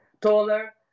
taller